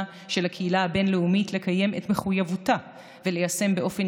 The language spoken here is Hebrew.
של הקהילה הבין-לאומית לקיים את מחויבותה וליישם באופן